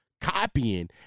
Copying